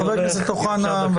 חבר הכנסת אוחנה,